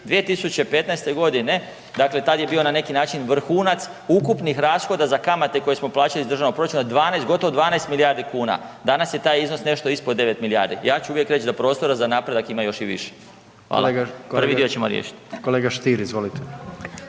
2015. g., dakle tad je bio na neki način vrhunac ukupnih rashoda za kamate koje smo plaćali iz državnog proračuna, 12, gotovo 12 milijardi kuna. Danas je taj iznos nešto ispod 9 milijardi. Ja ću uvijek reći da prostora za napredak ima još i više. Prvi dio ćemo riješiti.